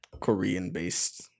Korean-based